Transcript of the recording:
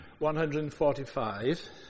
145